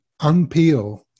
unpeel